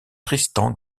tristan